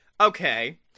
Okay